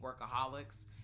workaholics